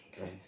Okay